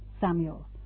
Samuel